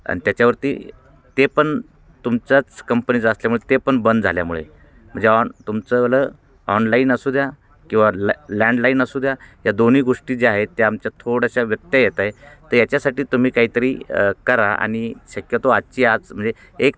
आणि त्याच्यावरती ते पण तुमच्याच कंपनीचं असल्यामुळे ते पण बंद झाल्यामुळे म्हणजे ऑन तुमचंवालं ऑनलाईन असू द्या किंवा लॅ लँडलाईन असू द्या या दोन्ही गोष्टी ज्या आहेत त्या आमच्या थोड्याशा व्यत्यय येत आहे तर याच्यासाठी तुम्ही काहीतरी करा आणि शक्यतो आजची आज म्हणजे एक